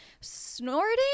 snorting